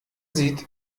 sieht